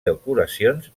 decoracions